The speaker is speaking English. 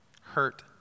hurt